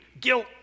guilt